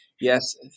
Yes